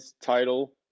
title